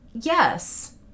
Yes